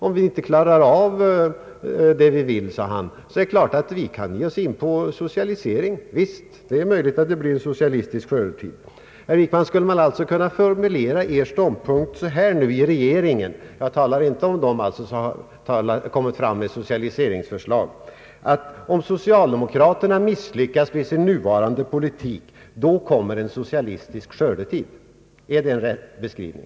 Om vi inte klarar av det vi vill, sade han, är det klart att vi kan ge oss in på socialisering. Herr Wickman, skulle man alltså kunna formulera er ståndpunkt i regeringen — jag talar inte om dem som kommer fram med socialiseringsförslag — på det sättet att om socialdemokraterna misslyckas med sin nuvarande politik kommer en socialistisk skördetid. är det en riktig beskrivning?